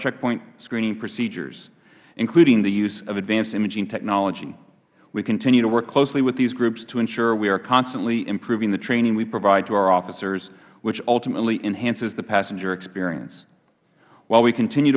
checkpoint screening procedures including the use of advanced imaging technology we continue to work closely with these groups to ensure we are constantly improving the training we provide to our officers which ultimately enhances the passenger experience while we continue